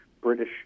British